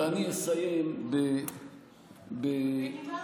אני אסיים, בנימה אופטימית.